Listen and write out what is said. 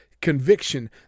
conviction